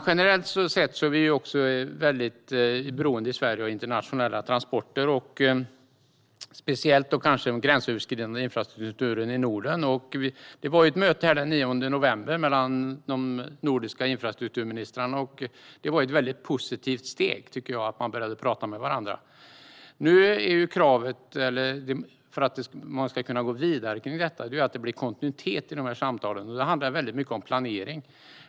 Generellt sett är vi i Sverige väldigt beroende av internationella transporter och speciellt den gränsöverskridande infrastrukturen i Norden. Det var ett möte här den 9 november mellan de nordiska infrastrukturministrarna. Jag tycker att det var ett positivt steg att man började prata med varandra. För att man ska kunna gå vidare med detta måste det bli kontinuitet i samtalen, och då handlar det mycket om planering.